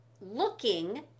looking